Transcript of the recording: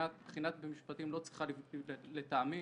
לטעמי